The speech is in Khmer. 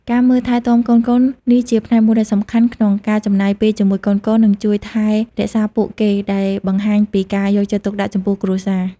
ការមើលថែទាំកូនៗ នេះជាផ្នែកមួយដ៏សំខាន់ក្នុងការចំណាយពេលជាមួយកូនៗ និងជួយថែរក្សាពួកគេ ដែលបង្ហាញពីការយកចិត្តទុកដាក់ចំពោះគ្រួសារ។